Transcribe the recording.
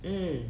mm